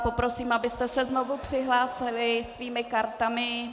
Poprosím, abyste se znovu přihlásili svými kartami.